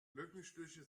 mückenstiche